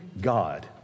God